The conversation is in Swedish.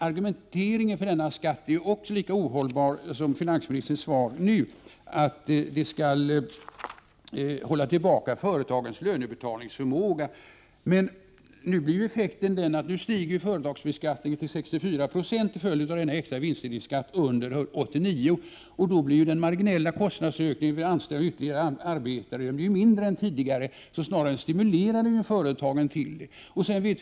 Argumenteringen för denna skatt är också ohållbar. Finansministern säger nu i pressmeddelandet att den skall hålla tillbaka företagens lönebetalningsförmåga. Företagsbeskattningen stiger emellertid till 64 26 som följd av den extra vinstdelningsskatten under 1989. Effekten blir att den marginella kostnadsökningen vid anställning av ytterligare arbetare blir mindre än tidigare. Det stimulerar således företagen att efterfråga arbetskraft!